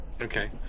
Okay